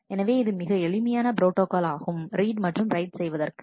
எனவே இது மிக எளிமையான ப்ரோட்டாகால் ஆகும் ரீட் மற்றும் ரைட் செய்வதற்கு